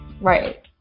Right